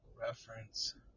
reference